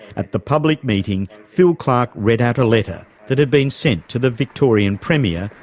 at the public meeting, phil clark read out a letter that had been sent to the victorian premier,